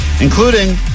including